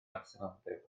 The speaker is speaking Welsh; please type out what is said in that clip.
absenoldeb